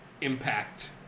impact